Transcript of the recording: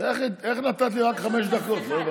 אתה פשוט סכסכן.